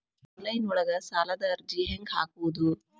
Online ಒಳಗ ಸಾಲದ ಅರ್ಜಿ ಹೆಂಗ್ ಹಾಕುವುದು?